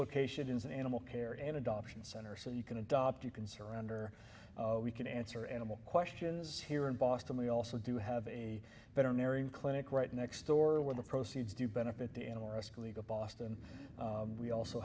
location is an animal care and adoption center so you can adopt you can surrender we can answer animal questions here in boston we also do have a veterinarian clinic right next door where the proceeds do benefit the animal rescue league of boston we also